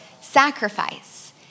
Sacrifice